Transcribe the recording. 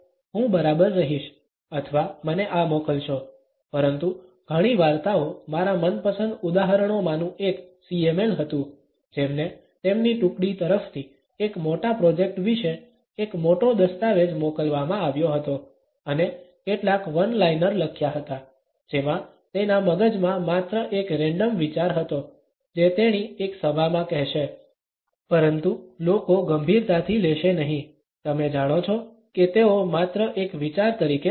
હું બરાબર રહીશ અથવા મને આ મોકલશો પરંતુ ઘણી વાર્તાઓ મારા મનપસંદ ઉદાહરણોમાંનું એક CML હતું જેમને તેમની ટૂકડી તરફથી એક મોટા પ્રોજેક્ટ વિશે એક મોટો દસ્તાવેજ મોકલવામાં આવ્યો હતો અને કેટલાક વન લાઇનર લખ્યા હતા જેમાં તેના મગજમાં માત્ર એક રેન્ડમ વિચાર હતો જે તેણી એક સભામાં કહેશે પરંતુ લોકો ગંભીરતાથી લેશે નહીં તમે જાણો છો કે તેઓ માત્ર એક વિચાર તરીકે લેશે